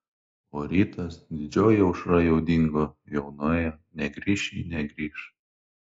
o rytas didžioji aušra jau dingo jau nuėjo negrįš ji negrįš